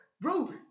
Bro